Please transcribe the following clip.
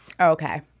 Okay